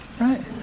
right